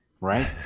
Right